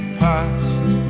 past